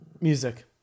Music